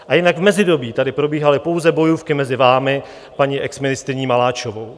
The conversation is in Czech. A jinak v mezidobí tady probíhaly pouze bojůvky mezi vámi a paní exministryní Maláčovou.